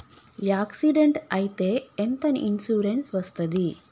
Accident అయితే ఎంత insurance వస్తది?